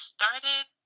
Started